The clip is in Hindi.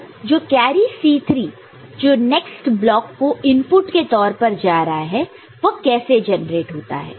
तो जो कैरी C3 जो नेक्स्ट ब्लॉक को इनपुट के तौर पर जा रहा है वह कैसे जनरेट होता है